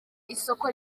isoko